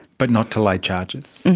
but not to lay charges.